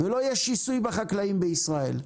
ולא יהיה שיסוי בחקלאים בישראל.